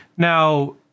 Now